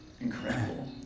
incredible